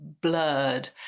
blurred